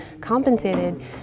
compensated